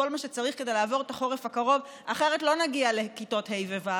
כל מה שצריך כדי לעבור את החורף ואחרת לא נגיע לכיתות ה'-ו',